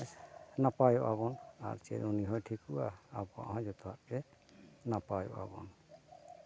ᱱᱟᱯᱟᱭᱚᱜᱼᱟ ᱵᱚᱱ ᱟᱨ ᱪᱮᱫ ᱩᱱᱤ ᱦᱚᱸᱭ ᱴᱷᱤᱠᱚᱜᱼᱟ ᱟᱵᱚᱣᱟᱜ ᱦᱚᱸ ᱡᱚᱛᱚᱣᱟᱜ ᱜᱮ ᱱᱟᱯᱟᱭᱚᱜᱼᱟ ᱵᱚᱱ